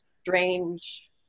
strange